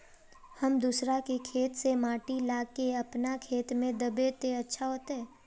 हम दूसरा के खेत से माटी ला के अपन खेत में दबे ते बढ़िया होते?